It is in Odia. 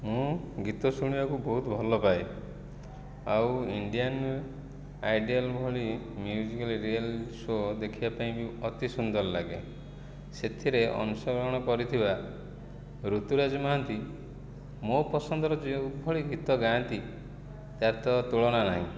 ମୁଁ ଗୀତ ଶୁଣିବାକୁ ବହୁତ ଭଲ ପାଏ ଆଉ ଇଣ୍ଡିଆନ୍ ଆଇଡ଼ିଆଲ୍ ଭଳି ମ୍ୟୁଜିକାଲ୍ ରିଆଲିଟି ଶୋ ଦେଖିବା ପାଇଁ ବି ଅତି ସୁନ୍ଦର ଲାଗେ ସେଥିରେ ଅଂଶଗ୍ରହଣ କରିଥିବା ଋତୁରାଜ ମହାନ୍ତି ମୋ ପସନ୍ଦର ଯେଉଁ ଭଳି ଗୀତ ଗାଆନ୍ତି ତା'ର ତ ତୁଳନା ନାହିଁ